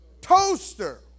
toaster